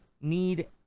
need